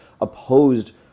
opposed